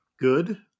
good